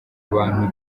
abantu